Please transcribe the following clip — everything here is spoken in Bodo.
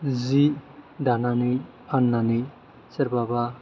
जि दानानै फाननानै सोरबा बा